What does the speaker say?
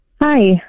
Hi